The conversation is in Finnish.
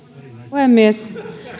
puhemies